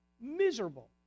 Miserable